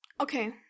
okay